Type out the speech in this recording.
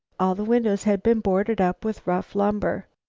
all the windows had been boarded up with rough lumber.